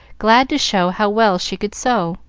glad to show how well she could sew.